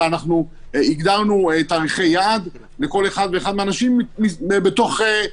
אלא הגדרנו תאריכי יעד לכל אחד ואחד מהאנשים בתוך זה.